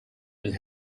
and